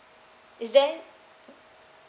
is there